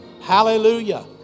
Hallelujah